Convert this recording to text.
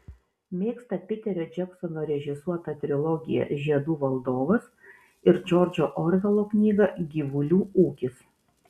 mėgsta piterio džeksono režisuotą trilogiją žiedų valdovas ir džordžo orvelo knygą gyvulių ūkis